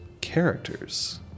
characters